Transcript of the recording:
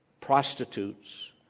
prostitutes